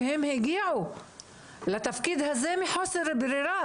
והם הגיעו לתפקיד הזה מחוסר ברירה.